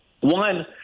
One